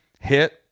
hit